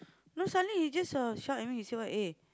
no suddenly he just uh shout at me he say what eh